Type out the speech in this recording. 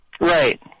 Right